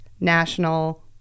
national